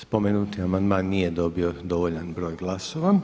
Spomenuti amandman nije dobio dovoljan broj glasova.